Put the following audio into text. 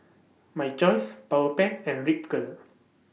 My Choice Powerpac and Ripcurl